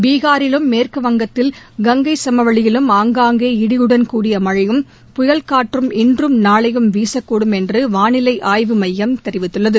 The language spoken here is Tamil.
பீகாரிலும் மேற்கு வங்கத்தில் கங்கை சமவெளியிலும் ஆங்காஙகே இடியுடன் கூடிய மழையும் புயல் காற்றும் இன்றும் நாளையும் வீசக்கூடும் என்று வாளிலை ஆய்வு மையம் தெரிவித்துள்ளது